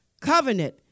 covenant